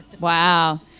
wow